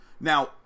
Now